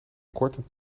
binnenkort